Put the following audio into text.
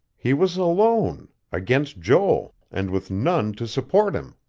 he was alone against joel, and with none to support him.